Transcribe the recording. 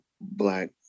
Black